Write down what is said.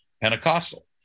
pentecostal